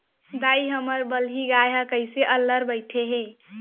दाई, हमर बलही गाय कइसे अल्लर बइठे हे